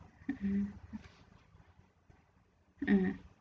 mm